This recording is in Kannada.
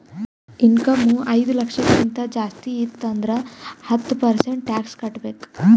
ಇನ್ಕಮ್ ಐಯ್ದ ಲಕ್ಷಕ್ಕಿಂತ ಜಾಸ್ತಿ ಇತ್ತು ಅಂದುರ್ ಹತ್ತ ಪರ್ಸೆಂಟ್ ಟ್ಯಾಕ್ಸ್ ಕಟ್ಟಬೇಕ್